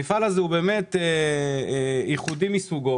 המפעל הזה הוא ייחודי מסוגו,